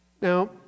Now